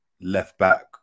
left-back